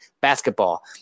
basketball